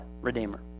Redeemer